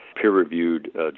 peer-reviewed